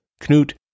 Knut